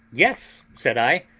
yes, said i,